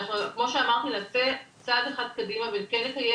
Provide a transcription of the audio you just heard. וכמו שאמרתי נעשה צעד אחד קדימה וכן נקיים